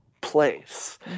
place